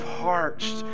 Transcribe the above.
parched